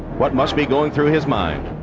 what must be going through his mind?